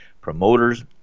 promoters